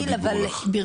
נתחיל אבל,